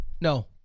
No